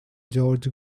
george